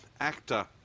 Actor